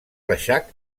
reixac